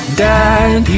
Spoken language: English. dad